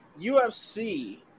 UFC